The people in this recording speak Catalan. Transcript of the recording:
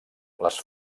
les